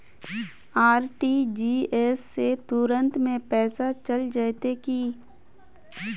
RTGS से तुरंत में पैसा चल जयते की?